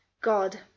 God